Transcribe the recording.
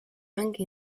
anche